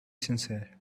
sincere